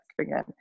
again